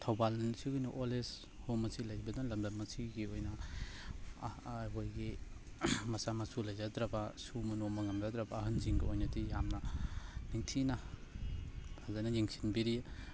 ꯊꯧꯕꯥꯜ ꯑꯁꯤꯒꯤꯅ old age home ꯑꯁꯤ ꯂꯩꯕꯅ ꯂꯝꯗꯝ ꯑꯁꯤꯒꯤ ꯑꯣꯏꯅ ꯑꯩꯈꯣꯏꯒꯤ ꯃꯆꯥ ꯃꯁꯨ ꯂꯩꯖꯗ꯭ꯔꯕ ꯁꯨꯕ ꯅꯣꯝꯕ ꯉꯝꯖꯗ꯭ꯔꯕ ꯑꯍꯜꯁꯤꯡꯒꯤ ꯑꯣꯏꯅꯗꯤ ꯌꯥꯝꯅ ꯅꯤꯡꯊꯤꯅ ꯐꯖꯟꯅ ꯌꯦꯡꯁꯤꯟꯕꯤꯔꯤ